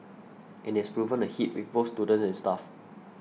and it has proven a hit with both students and staff